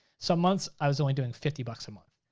some months i was only doing fifty bucks a month,